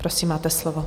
Prosím, máte slovo.